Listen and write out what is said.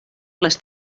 les